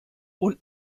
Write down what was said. und